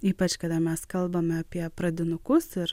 ypač kada mes kalbame apie pradinukus ir